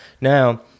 Now